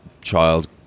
child